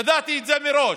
ידעתי את זה מראש,